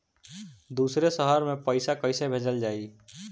दूसरे शहर में पइसा कईसे भेजल जयी?